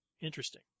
Interesting